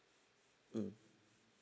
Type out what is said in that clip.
mm